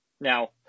Now